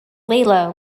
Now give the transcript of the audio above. layla